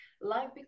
life